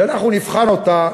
שאנחנו נבחן אותה,